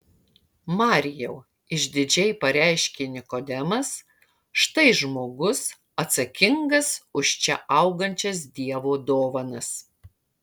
marijau išdidžiai pareiškė nikodemas štai žmogus atsakingas už čia augančias dievo dovanas